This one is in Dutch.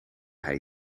hij